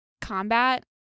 combat